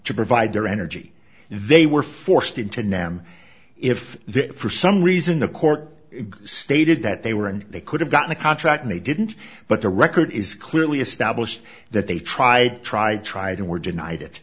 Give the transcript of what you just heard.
to provide their energy they were forced into now am if they for some reason the court stated that they were and they could have gotten a contract and he didn't but the record is clearly established that they try try try it and were denied it